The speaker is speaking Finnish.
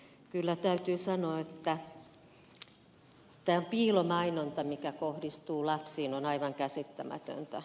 kyllä täytyy sanoa että tämä piilomainonta joka kohdistuu lapsiin on aivan käsittämätöntä